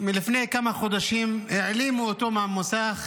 שלפני כמה חודשים העלימו אותו מהמסך,